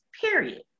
period